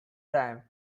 time